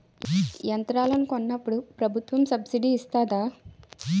యంత్రాలను కొన్నప్పుడు ప్రభుత్వం సబ్ స్సిడీ ఇస్తాధా?